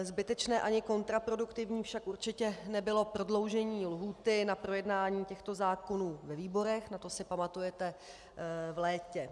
Zbytečné ani kontraproduktivní však určitě nebylo prodloužení lhůty na projednání těchto zákonů ve výborech, na to si pamatujete v létě.